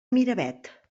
miravet